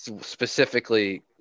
specifically